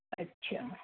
अच्छा